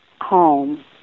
home